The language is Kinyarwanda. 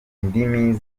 indimi